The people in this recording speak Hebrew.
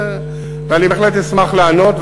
ואני בהחלט אשמח לענות.